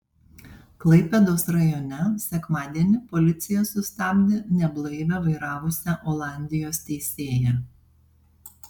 klaipėdos rajone sekmadienį policija sustabdė neblaivią vairavusią olandijos teisėją